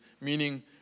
meaning